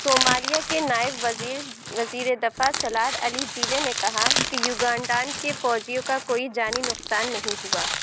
Somalia کے نائب وزیرِ دفاع صلاد علی جیلے نے کہا کہ یوگنڈان کے فوجیوں کا کوئی جانی نقصان نہیں ہوا